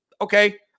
okay